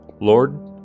Lord